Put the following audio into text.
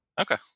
Okay